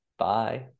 Bye